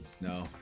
No